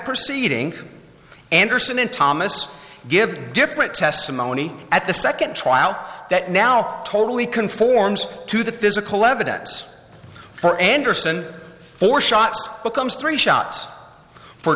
proceeding anderson in thomas give different testimony at the second trial that now totally conforms to the physical evidence for anderson four shots becomes three shots for